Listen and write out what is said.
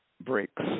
breaks